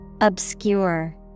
Obscure